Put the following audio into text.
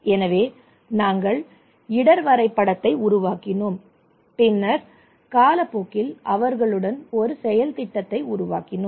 எனவே நாங்கள் இடர் வரைபடத்தை உருவாக்கினோம் பின்னர் காலப்போக்கில் அவர்களுடன் ஒரு செயல் திட்டத்தை உருவாக்கினோம்